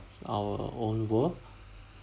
our own world